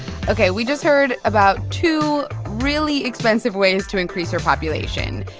ok. we just heard about two really expensive ways to increase your population.